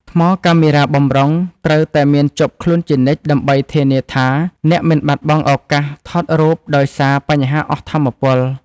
ថ្មកាមេរ៉ាបម្រុង ត្រូវតែមានជាប់ខ្លួនជានិច្ច ដើម្បីធានាថាអ្នកមិនបាត់បង់ឱកាសថតរូបដោយសារបញ្ហាអស់ថាមពល។